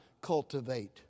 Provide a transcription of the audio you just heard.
cultivate